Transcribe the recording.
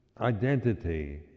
identity